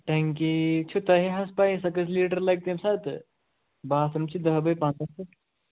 ٹینکی چھُ تۄہہِ حظ پَے سۄ کٔژ لیٖٹر لَگہِ تَمہِ ساتہٕ باتھ روٗم چھِ دٔہ بَے پنٛداہ فُٹ